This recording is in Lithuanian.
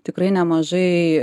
tikrai nemažai